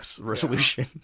resolution